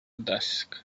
desk